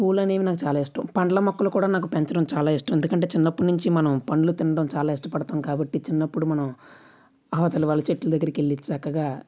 పూలు అనేవి నాకు చాలా ఇష్టం పళ్ళ మొక్కలుకూడా నాకు పెంచడం నాకు చాలా ఇష్టం ఎందుకంటే చిన్నప్పటి నుంచి మనం పళ్ళు తినడం చాలా ఇష్టపడతాం కాబట్టి చిన్నప్పుడు మనం అవతల వాళ్ళ చెట్ల దగ్గరకు వెళ్ళి చక్కగా